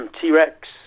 t-rex